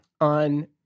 on